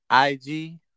IG